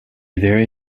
very